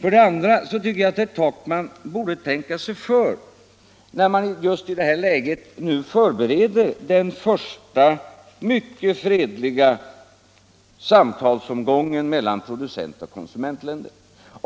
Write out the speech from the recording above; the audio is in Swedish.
Herr Takman borde också tänka sig för, när man just nu förbereder den första, mycket fredliga samtalsomgången mellan producentoch konsumentländer.